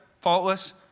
faultless